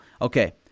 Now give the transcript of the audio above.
Okay